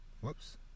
Whoops